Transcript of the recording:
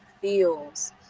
feels